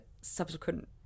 subsequent